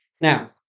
Now